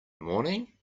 morning